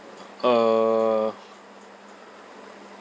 uh